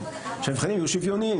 שהמבחנים יהיו שוויוניים,